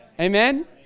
Amen